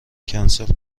کنسل